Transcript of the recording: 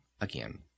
again